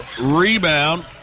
Rebound